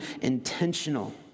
intentional